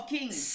Kings